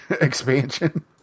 expansion